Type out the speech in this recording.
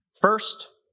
First